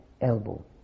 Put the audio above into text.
elbow